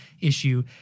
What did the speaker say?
issue